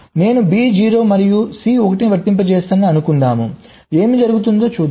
నేను B 0 మరియు C 1 ను వర్తింపజేస్తానని అనుకుందాం ఏమి జరుగుతుందో చూద్దాం